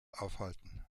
aufhalten